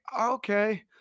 okay